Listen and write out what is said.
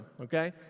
okay